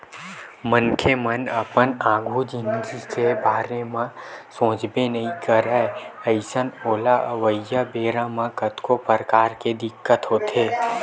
मनखे मन अपन आघु जिनगी के बारे म सोचबे नइ करय अइसन ओला अवइया बेरा म कतको परकार के दिक्कत होथे